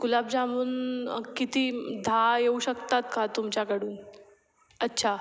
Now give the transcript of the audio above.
गुलाबजामून किती दहा येऊ शकतात का तुमच्याकडून अच्छा